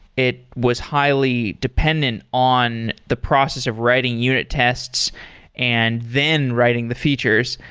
it was highly dependent on the process of writing unit tests and then writing the features.